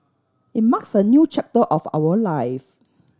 it marks a new chapter of our life